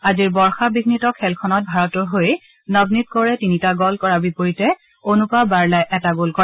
আজিৰ বৰ্ষাবিয়িত খেলখনত ভাৰতৰ হৈ নবনীত কৌৰে তিনিটা গ'ল কৰাৰ বিপৰীতে অনুপা বাৰলাই এটা গ'ল কৰে